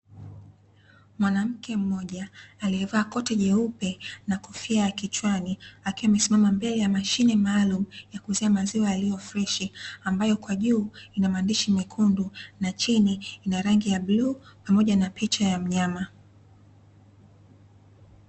Mwanamke mmoja aliyevaa koti jeupe na kofia ya kichwani, akiwa amesimama mbele ya mashine maalumu ya kuuzia maziwa yaliyo freshi, ambayo kwa juu ina maandishi mekundu, na chini ina rangi ya bluu, pamoja na picha ya mnyama.